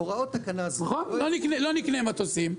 נקנה מטוסים,